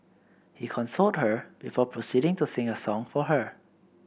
he consoled her before proceeding to sing a song for her